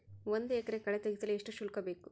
ಒಂದು ಎಕರೆ ಕಳೆ ತೆಗೆಸಲು ಎಷ್ಟು ಶುಲ್ಕ ಬೇಕು?